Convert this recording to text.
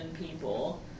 people